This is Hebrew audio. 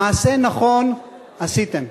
מעשה נכון עשיתם,